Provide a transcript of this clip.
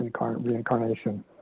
reincarnation